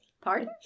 Pardon